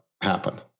happen